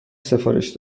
سفارش